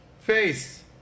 Face